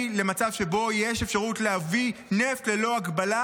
למצב שבו יש אפשרות להביא נפט ללא הגבלה,